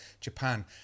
japan